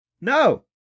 No